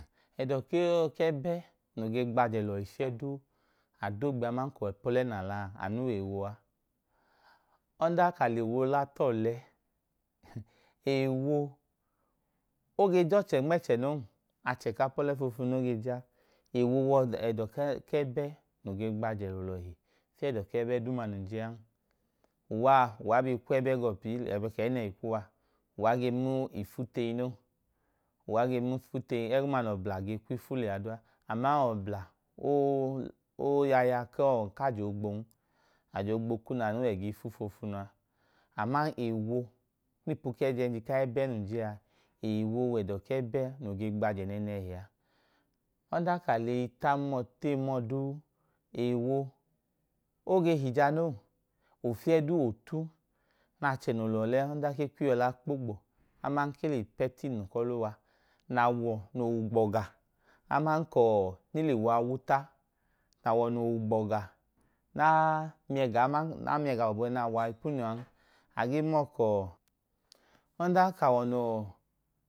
Ẹdọ ku ẹbẹ noo ge gbajẹ lọhi fiyẹ duu ọlẹ nẹ a la a, anu wẹ ewo a. Ọdanka a lẹ ewo la ta ọlẹ, ewo, o ge je ọchẹ nma ẹchẹ noo. Achẹ ku apọlẹ foofunu noo ge je a. Ewo wẹ ẹdọ ku ẹbẹ noo ge gbajẹ lọọlọhi fiyẹ ẹdọ ku ẹbẹ duuma num je a. Uwa a, uwa kwu ẹbẹ ga ọọ fiyẹ, lẹbẹẹ ka ẹyinẹhi ku uwa, uwa ge ma ifu tu eyi noo. Uwa ge ma ifu tu eyin. Ẹgọma nẹ ọbla ge ma ifu tu eyin lẹ duu a. ama ọbla, o, o, yọ aya ku ajẹ oogbon. Ajẹ oogbo kunu anu wẹ ẹga iyi ifu foofunu a. Ewo, o nma ipu ẹjẹẹnji aẹbẹ num je a, ewo wẹ ẹdọ ku ẹbẹ noo ge gbajẹ nẹẹnẹhi a. Ọdanka a lẹ eyi ta mọọ, ta eyi ma ọọ duu. O ge hija noo. Ofiyẹ duu a, out nẹ achẹ noo lẹ ọlẹ, ọdanka e kwu iyọla i kpo gbo. Aman e i pẹ tu inu ku ọlẹ uwa, nẹ awọ wẹ ugbọga, aman ka ọọ, e lẹ ewo a, wuta. Awọ noo wẹ ugbọga, nẹ a miyẹ ẹga gbọbu nẹ a wa ipinu an ọdanka a